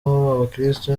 abakristu